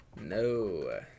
No